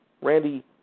Randy